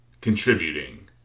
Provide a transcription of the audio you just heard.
contributing